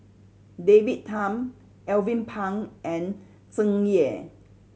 David Tham Alvin Pang and Tsung Yeh